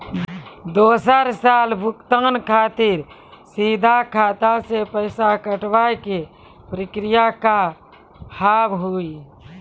दोसर साल भुगतान खातिर सीधा खाता से पैसा कटवाए के प्रक्रिया का हाव हई?